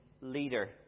leader